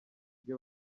bwe